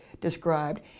described